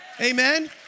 Amen